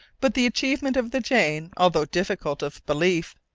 but the achievement of the jane, although difficult of belief,